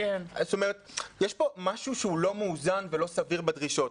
יש פה משהו שהוא לא מאוזן ולא סביר בדרישות.